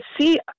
see